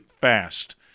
fast